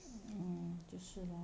mm 就是 lor